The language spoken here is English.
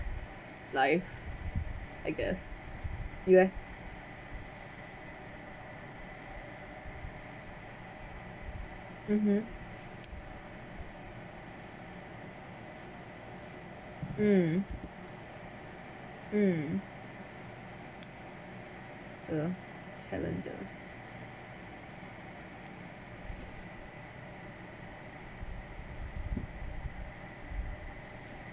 life I guess you eh mmhmm mm mm uh challenges